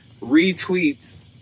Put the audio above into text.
retweets